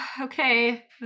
Okay